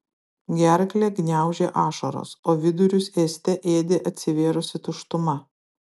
gerklę gniaužė ašaros o vidurius ėste ėdė atsivėrusi tuštuma